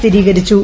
സ്ഥിരീകരിച്ചു